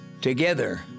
Together